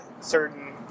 certain